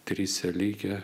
trise likę